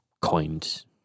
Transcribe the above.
coined